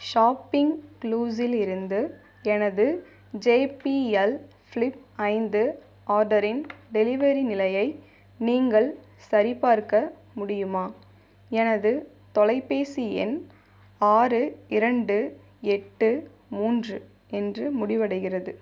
shopping க்ளுஸில் இருந்து எனது ஜே பி எல் ஃப்ளிப் ஐந்து ஆர்டரின் டெலிவரி நிலையை நீங்கள் சரிபார்க்க முடியுமா எனது தொலைபேசி எண் ஆறு இரண்டு எட்டு மூன்று என்று முடிவடைகிறது